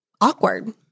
awkward